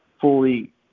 fully